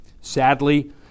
sadly